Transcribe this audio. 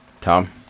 Tom